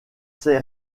ses